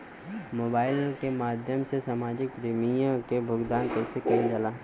Mobile के माध्यम से मासिक प्रीमियम के भुगतान कैसे कइल जाला?